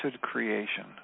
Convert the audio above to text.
creation